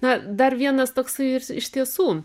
na dar vienas toksai irs iš tiesų